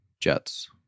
Jets